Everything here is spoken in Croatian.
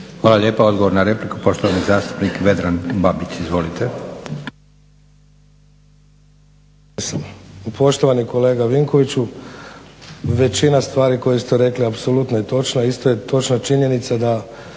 Hvala lijepa. Odgovor na repliku, poštovani zastupnik Vedran Babić. Izvolite.